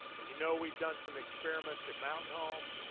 you know we've done some experiments at mountain home.